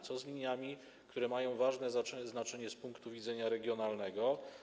Co z liniami, które mają ważne znaczenie z punktu widzenia regionalnego?